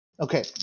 Okay